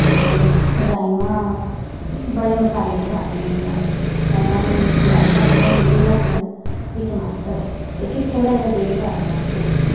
ते राजमाह् बड़े मसाले निं पान्नी होन्नी ऐं में पैह्लै प्याज पान्नी होन्नी फ्ही लस्सन फ्ही टमाटर ते फ्ही थोह्ड़ा जेहा देहीं पाई ओड़दा उं'दे च